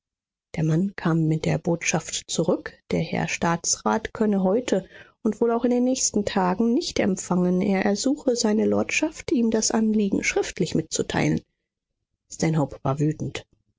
der mann kam mit der botschaft zurück der herr staatsrat könne heute und wohl auch in den nächsten tagen nicht empfangen er ersuche seine lordschaft ihm das anliegen schriftlich mitzuteilen stanhope war wütend